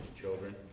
children